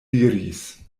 diris